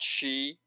chi